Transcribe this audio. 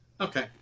okay